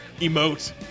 emote